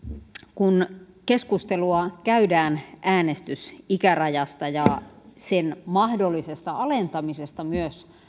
kun keskustelua käydään äänestys ikärajasta ja sen mahdollisesta alentamisesta myös